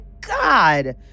god